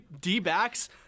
D-backs –